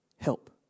help